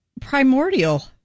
Primordial